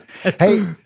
Hey